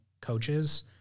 coaches